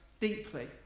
deeply